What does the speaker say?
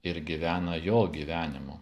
ir gyvena jo gyvenimu